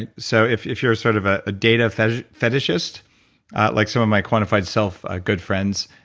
and so, if if you're a sort of ah data fetishist fetishist like some of my quantified self ah good friends,